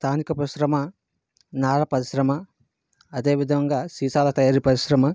స్థానిక పరిశ్రమ నార పరిశ్రమ అదే విధంగా సీసాల తయారీ పరిశ్రమ